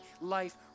life